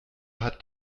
hat